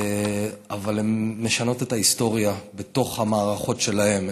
אבל הן משנות את ההיסטוריה בתוך המערכות שלהן.